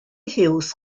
hughes